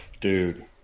dude